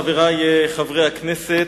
חברי חברי הכנסת,